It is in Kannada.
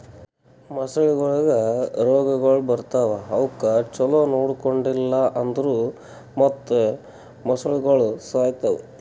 ಮೊಸಳೆಗೊಳಿಗ್ ರೋಗಗೊಳ್ ಬರ್ತಾವ್ ಅವುಕ್ ಛಲೋ ನೊಡ್ಕೊಂಡಿಲ್ ಅಂದುರ್ ಮತ್ತ್ ಮೊಸಳೆಗೋಳು ಸಾಯಿತಾವ್